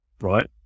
right